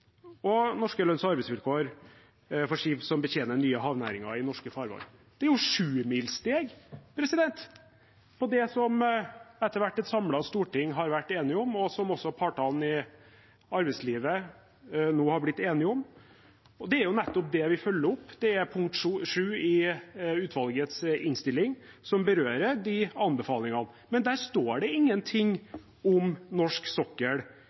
og norske lønns- og arbeidsvilkår for skip som betjener nye havnæringer i norske farvann. Det er jo sjumilssteg på det som et etter hvert samlet storting har vært enig om, og som også partene i arbeidslivet nå har blitt enige om. Det er nettopp det vi følger opp, punkt sju i utvalgets innstilling, som berører de anbefalingene. Men der står det ingenting om norsk sokkel,